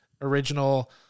original